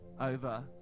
over